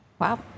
Wow